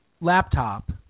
laptop